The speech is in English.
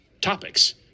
topics